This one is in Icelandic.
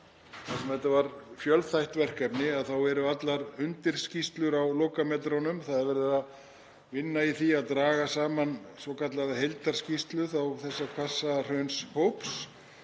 þar sem þetta var fjölþætt verkefni þá eru allar undirskýrslur á lokametrunum. Það er verið að vinna í því að draga saman svokallaða heildarskýrslu þessa Hvassahraunshóps,